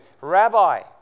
Rabbi